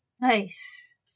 Nice